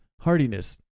Hardiness